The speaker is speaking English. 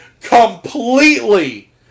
completely